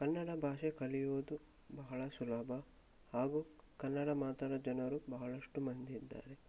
ಕನ್ನಡ ಭಾಷೆ ಕಲಿಯುವುದು ಬಹಳ ಸುಲಭ ಹಾಗೂ ಕನ್ನಡ ಮಾತಾಡೋ ಜನರು ಬಹಳಷ್ಟು ಮಂದಿ ಇದ್ದಾರೆ